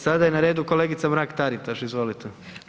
Sada je na redu kolegica Mrak-Taritaš, izvolite.